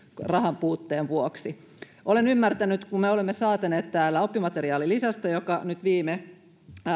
rahanpuutteen vuoksi olen ymmärtänyt että kun me olemme säätäneet täällä oppimateriaalilisästä joka nyt viime